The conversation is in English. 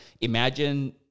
imagine